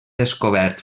descobert